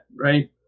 right